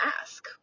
ask